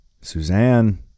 suzanne